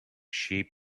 sheep